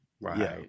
Right